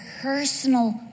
personal